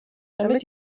damit